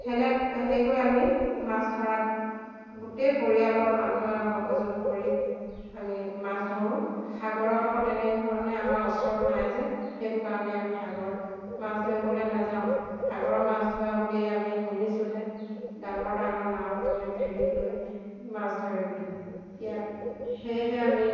সেনে সেনেকৈ আমি মাছ ধৰাত গোটেই পৰিয়ালৰ মানুহে সহযোগ কৰি আমি মাছ ধৰোঁ সাগৰত অকৌ তেনেধৰণে আমাৰ ওচৰত নাই যে সেইটো কাৰণে আমি সাগৰত মাছ ধৰিবলৈ নাযাওঁ সাগৰৰ মাছ ধৰা বুলি আমি শুনিছোঁহে ডাঙৰ ডাঙৰ নাও লৈ ফেৰী লৈ মাছ ধৰে বুলি ইয়া সেয়েহে আমি